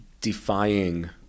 defying